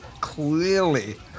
clearly